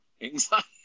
anxiety